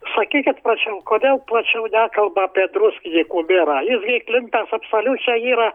sakykit prašau kodėl plačiau nekalba apie druskininkų merą jis gi įklimpęs absoliučiai yra